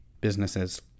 businesses